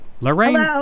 Lorraine